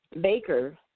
Baker